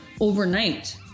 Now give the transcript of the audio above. overnight